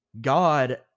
God